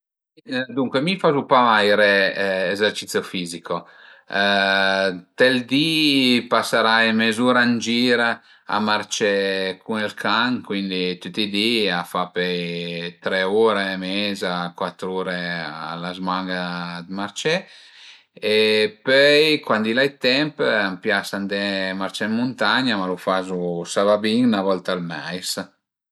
Duncue mi fazu pa vaire ezercizio fisico, ënt ël di pasarai mez'ura ën gir a marcé cun ël can, cuindi tüti i di a fa pöi tre ure e meza, cuat ure a la zman-a dë marcé e pöi cuandi l'ai temp a m'pias andé marcé ën muntagna, ma lu fazu s'a va bin 'na volta al meis